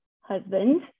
husband